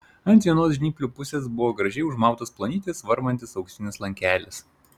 ant vienos žnyplių pusės buvo gražiai užmautas plonytis varvantis auksinis lankelis